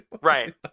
Right